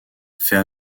fait